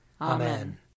Amen